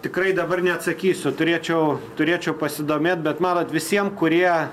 tikrai dabar neatsakysiu turėčiau turėčiau pasidomėt bet matot visiem kurie